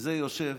וזה יושב,